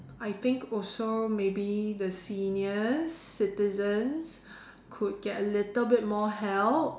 I think also maybe the seniors citizens could get a little bit more help